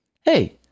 Hey